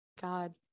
God